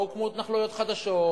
לא הוקמו התנחלויות חדשות,